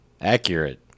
accurate